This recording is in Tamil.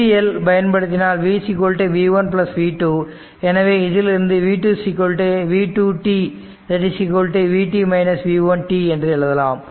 KVL பயன்படுத்தினால்v v 1 v 2 எனவே இதிலிருந்து v 2 v 2 t vt v 1 t என்று எழுதலாம்